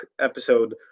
episode